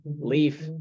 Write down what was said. leaf